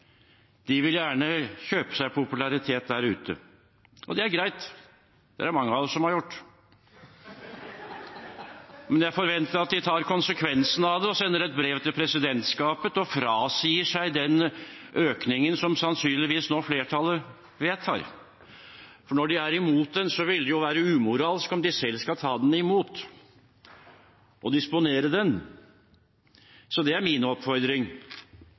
De vil gjerne kjøpe seg popularitet der ute, og det er greit, det er det mange av oss som har gjort. Men jeg forventer at de tar konsekvensen av det, sender et brev til presidentskapet og frasier seg den økningen som flertallet nå sannsynligvis vedtar. Når de er imot den, vil det jo være umoralsk om de selv skal ta imot den og disponere den. Det er min oppfordring.